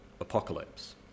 apocalypse